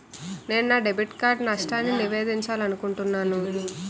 నేను నా debit card నష్టాన్ని నివేదించాలనుకుంటున్నాను